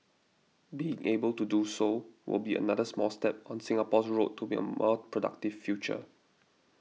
being able to do so will be another small step on Singapore's road to a more productive future